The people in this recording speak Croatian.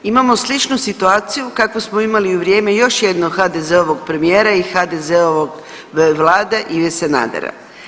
Imamo sličnu situaciju kakvu smo imali i u vrijeme još jednog HDZ-ovog premijera i HDZ-ovog Vlade Ive Sanadera.